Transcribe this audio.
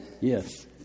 Yes